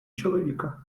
чоловіка